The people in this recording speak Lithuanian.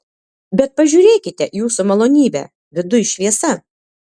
bet pažiūrėkite jūsų malonybe viduj šviesa